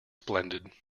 splendid